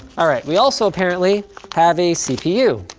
all right, we also apparently have a cpu.